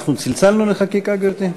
אנחנו צלצלנו לחקיקה, גברתי?